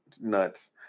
nuts